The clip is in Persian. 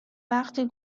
وقتی